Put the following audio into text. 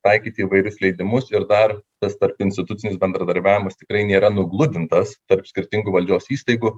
taikyti įvairius leidimus ir dar tas tarpinstitucinis bendradarbiavimas tikrai nėra nugludintas tarp skirtingų valdžios įstaigų